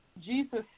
Jesus